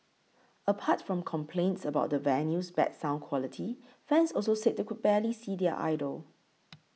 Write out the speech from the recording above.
apart from complaints about the venue's bad sound quality fans also said they could barely see their idol